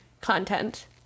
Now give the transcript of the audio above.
content